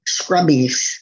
scrubbies